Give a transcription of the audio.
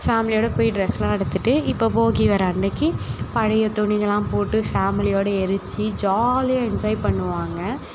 ஃபேமிலியோடு போய் ட்ரெஸ்லாம் எடுத்துட்டு இப்போது போகி வர்ற அன்றைக்கி பழைய துணிகள்லாம் போட்டு ஃபேமிலியோடு எரித்து ஜாலியாக என்ஜாய் பண்ணுவாங்க